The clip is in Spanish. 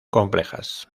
complejas